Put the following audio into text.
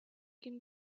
can